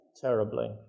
terribly